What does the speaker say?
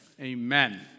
Amen